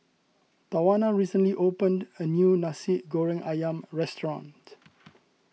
Tawana recently opened a new Nasi Goreng Ayam restaurant